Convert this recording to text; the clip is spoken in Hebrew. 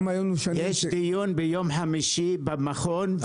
יש דיון ביום חמישי במכון.